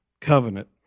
covenant